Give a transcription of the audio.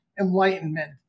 enlightenment